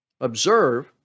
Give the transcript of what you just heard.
Observe